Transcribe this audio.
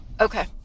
Okay